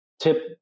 Tip